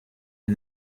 and